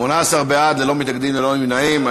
18 בעד, ללא מתנגדים וללא נמנעים.